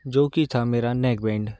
जो कि था मेरा नैक बैंड